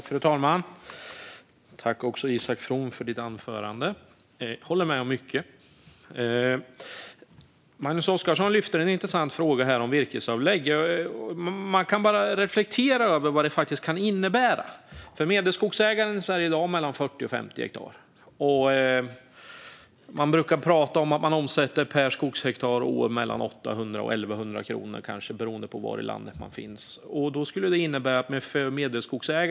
Fru talman! Tack, Isak From, för ditt anförande! Jag håller med om mycket. Magnus Oscarsson lyfte en intressant fråga om virkesavlägg. Man kan bara reflektera över vad det kan innebära. Medelskogsägaren i Sverige i dag har mellan 40 och 50 hektar. Man brukar prata om en omsättning per hektar och år på mellan 800 och 1 100 kronor - det kan bero på var i landet det är. Då kan man titta på vad detta skulle innebära för medelskogsägaren.